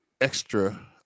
extra